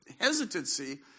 hesitancy